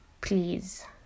please